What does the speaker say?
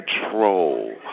control